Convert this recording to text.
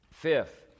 Fifth